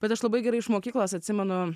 bet aš labai gerai iš mokyklos atsimenu